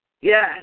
Yes